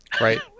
Right